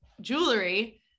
jewelry